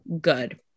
good